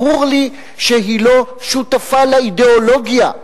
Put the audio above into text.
ברור לי שהיא לא שותפה לאידיאולוגיה.